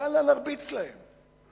יאללה, נרביץ להם.